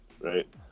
right